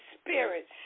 spirits